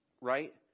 right